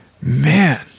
Man